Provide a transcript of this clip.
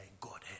Godhead